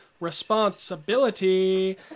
responsibility